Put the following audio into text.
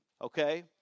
okay